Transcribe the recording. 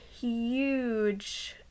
huge